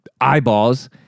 eyeballs